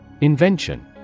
Invention